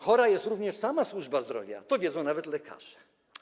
Chora jest również sama służba zdrowia, to wiedzą nawet lekarze.